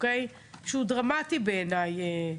שהוא דרמטי בעיני,